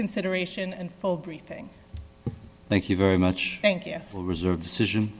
consideration and full briefing thank you very much thank you for the reserve decision